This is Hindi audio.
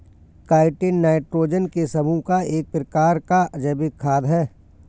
काईटिन नाइट्रोजन के समूह का एक प्रकार का जैविक खाद है